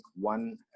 one